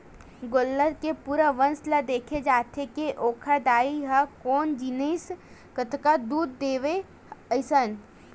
गोल्लर के पूरा वंस ल देखे जाथे के ओखर दाई ह कोन रिहिसए कतका दूद देवय अइसन